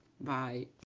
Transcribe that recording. Bye